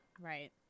Right